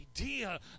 idea